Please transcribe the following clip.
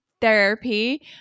therapy